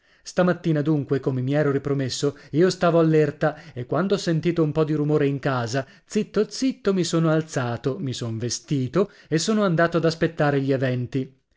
stamattina dunque come mi ero ripromesso io stavo all'erta e quando ho sentito un po di rumore in casa zitto zitto mi sono alzato mi son vestito e sono stato ad aspettare gli eventi